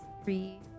three